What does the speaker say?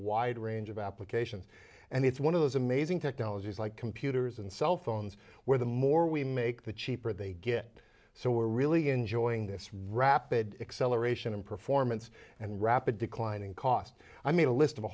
wide range of applications and it's one of those amazing technologies like computers and cell phones where the more we make the cheaper they get so we're really enjoying this rapid acceleration in performance and rapid decline in cost i made a list of a